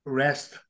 rest